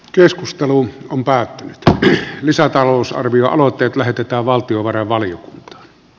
keskusteluun on päättänyt ne lisätalousarvioaloitteet lähetetään valtiovarainvaliokuntaan